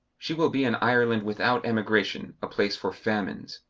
she will be an ireland without emigration, a place for famines.